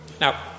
Now